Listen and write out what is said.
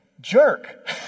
jerk